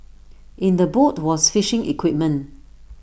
in the boat was fishing equipment